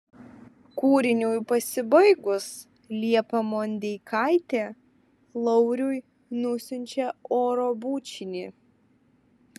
kūriniui pasibaigus liepa mondeikaitė lauriui nusiunčia oro bučinį